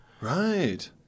Right